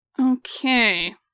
Okay